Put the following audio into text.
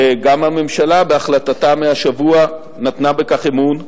וגם הממשלה, בהחלטתה מהשבוע, נתנה בכך אמון,